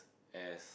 as